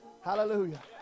Hallelujah